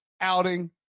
outing